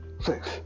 six